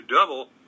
double